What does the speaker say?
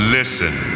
Listen